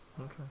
okay